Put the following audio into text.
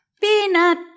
peanut